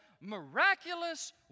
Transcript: miraculous